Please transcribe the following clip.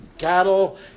cattle